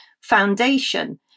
Foundation